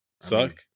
suck